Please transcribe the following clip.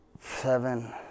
seven